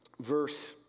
verse